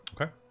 Okay